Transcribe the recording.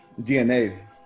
DNA